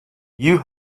you